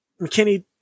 McKinney